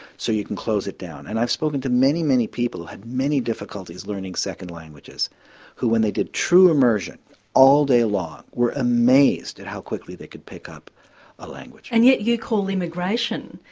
so you can close it down. and i've spoken to many, many people had many difficulties learning second languages who when they did true emersion all day long were amazed at how quickly they could pick up a language. and yet you call immigration,